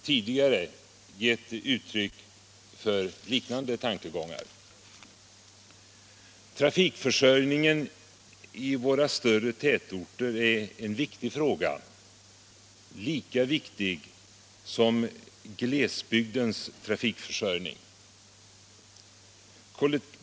tidigare gett uttryck för fiknande tankegångar. Trafikförsörjningen i våra större tätorter är en viktig fråga — lika viktig som glesbygdens trafikförsörjning.